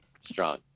Strong